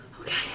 Okay